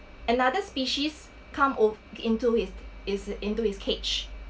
another species come ov~ into his its into his cage